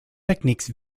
techniques